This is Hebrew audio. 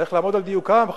צריך לעמוד על דיוקם,